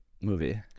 movie